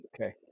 Okay